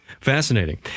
fascinating